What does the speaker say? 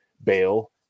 bail